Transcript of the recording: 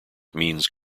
means